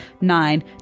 nine